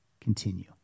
continue